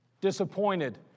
Disappointed